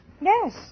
Yes